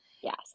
Yes